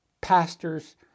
pastors